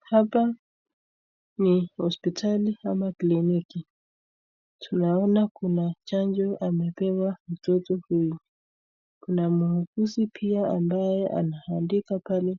Hapa ni hospitali ama kliniki tunaona kuna chanjo amepewa mtoto huyu kuna muuguzi pia ambaye anaandika pale